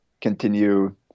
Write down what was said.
continue